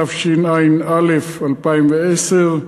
התשע"א 2010,